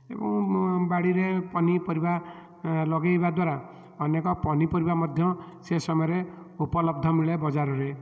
ଏବଂ ବାଡ଼ିରେ ପନିପରିବା ଲଗେଇବା ଦ୍ୱାରା ଅନେକ ପନିପରିବା ମଧ୍ୟ ସେ ସମୟରେ ଉପଲବ୍ଧ ମିଳେ ବଜାରରେ